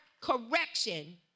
correction